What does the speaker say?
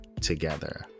together